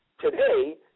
today